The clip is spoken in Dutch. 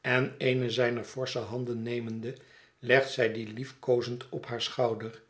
en eene zijner forsche handen nemende legt zij die liefkoozend op haar schouder